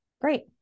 Great